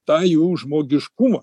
tą jų žmogiškumą